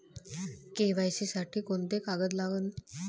KYC साठी कोंते कागद लागन?